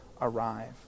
arrive